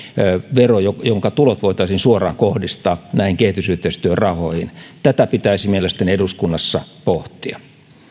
vero jonka jonka tulot voitaisiin suoraan kohdistaa näihin kehitysyhteistyörahoihin tätä pitäisi mielestäni eduskunnassa pohtia